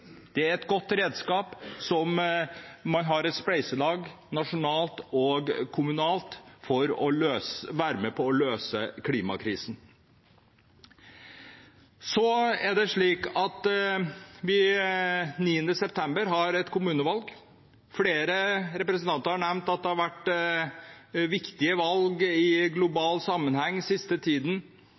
Det er et godt redskap, hvor man har et nasjonalt og kommunalt spleiselag for å være med på å løse klimakrisen. Den 9. september skal det være kommunevalg. Flere representanter har nevnt at det har vært viktige valg globalt den siste tiden,